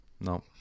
No